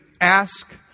ask